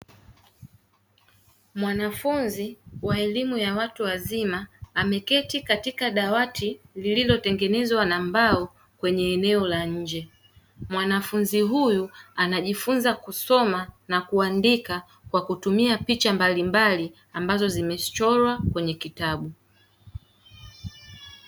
Mwanafunzi wa elimu ya watu wazima ameketi katika dawati lililotengenezwa na mbao kwenye eneo la nje. Mwanafunzi huyu anajifunza kusoma na kuandika kwa kutumia picha mbalimbali ambazo zimechorwa kwenye kitabu.